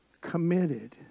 Committed